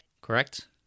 Correct